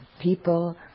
people